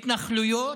התנחלויות,